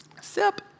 Sip